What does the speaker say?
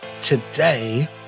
Today